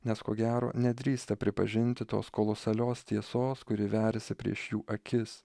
nes ko gero nedrįsta pripažinti tos kolosalios tiesos kuri veriasi prieš jų akis